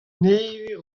nevez